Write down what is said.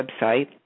website